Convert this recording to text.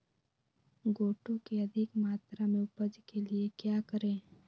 गोटो की अधिक मात्रा में उपज के लिए क्या करें?